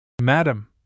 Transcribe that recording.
Madam